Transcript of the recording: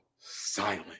silent